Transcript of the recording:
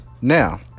Now